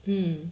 mm